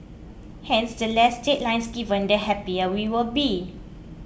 hence the less deadlines given the happier we will be